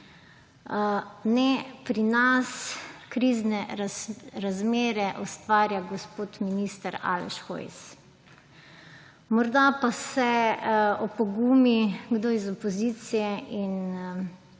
Ne, pri nas krizne razmere ustvarja gospod minister Aleš Hojs. Morda pa se opogumi kdo iz opozicije in